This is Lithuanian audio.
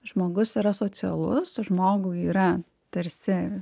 žmogus yra socialus žmogui yra tarsi